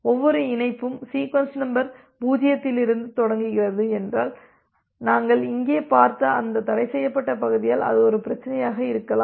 ஒவ்வொரு இணைப்பும் sequence number 0 லிருந்து தொடங்குகிறது என்றால் நாங்கள் இங்கே பார்த்த அந்த தடைசெய்யப்பட்ட பகுதியால் அது ஒரு பிரச்சனையாக இருக்கலாம்